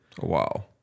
Wow